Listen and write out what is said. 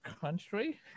country